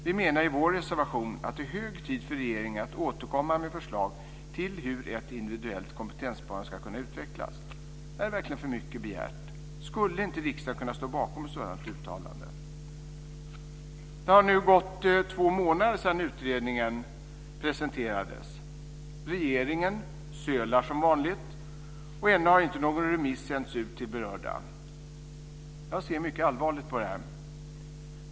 Vi menar i vår reservation att det är hög tid för regeringen att återkomma med förslag till hur ett individuellt kompetenssparande ska kunna utvecklas. Är detta verkligen för mycket begärt? Skulle inte riksdagen kunna stå bakom ett sådant uttalande? Det har nu gått två månader sedan utredningen presenterades. Regeringen sölar som vanligt, och ännu har inte någon remiss sänts ut till berörda. Jag ser mycket allvarligt på det här.